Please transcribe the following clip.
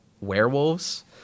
werewolves